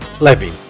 Levin